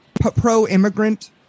pro-immigrant